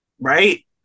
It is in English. right